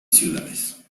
ciudades